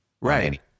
right